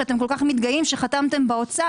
שאתם כל כך מתגאים שחתמתם באוצר,